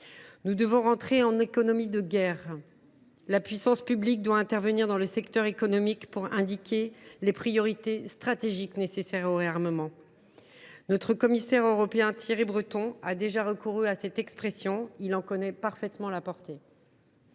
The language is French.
Nous devons entrer en économie de guerre : la puissance publique doit intervenir dans le secteur économique pour indiquer les priorités stratégiques nécessaires au réarmement de la Nation. Notre commissaire européen, Thierry Breton, a déjà recouru à cette expression, dont il connaît parfaitement la portée.